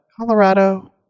Colorado